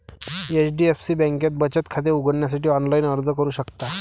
HDFC बँकेत बचत खाते उघडण्यासाठी ऑनलाइन अर्ज करू शकता